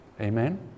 Amen